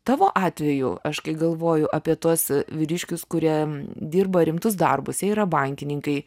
tavo atveju aš kai galvoju apie tuos vyriškius kurie dirba rimtus darbus jie yra bankininkai